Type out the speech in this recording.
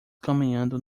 caminhando